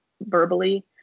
verbally